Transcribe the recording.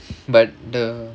but the